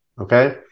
okay